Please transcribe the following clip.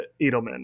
Edelman